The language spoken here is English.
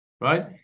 right